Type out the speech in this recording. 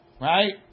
Right